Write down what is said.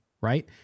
right